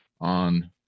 on